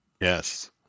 Yes